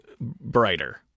brighter